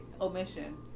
omission